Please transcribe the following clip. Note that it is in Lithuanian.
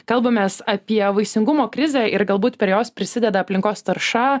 kalbamės apie vaisingumo krizę ir galbūt per jos prisideda aplinkos tarša